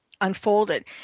unfolded